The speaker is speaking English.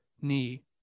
knee